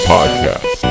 Podcast